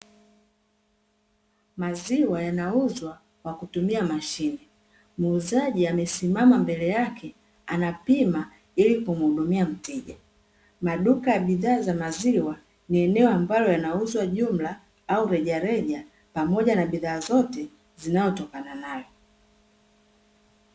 Maziwa yanauzwa kwakutumia mashine, muuzaji amesimama mbele yake, anapima ilikumuhudumia mteja, maduka ya bidhaa za maziwa ni eneo ambalo yanauzwa jumla, au rejareja pamoja na bidhaa zote zinazotokana nayo.